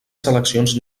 seleccions